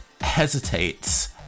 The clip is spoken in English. hesitates